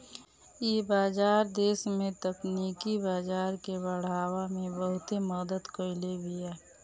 इ बाजार देस में तकनीकी बाजार के बढ़ावे में बहुते मदद कईले बिया